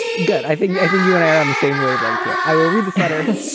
good. i think i think you and i are on the same wavelength here. i will read the letter.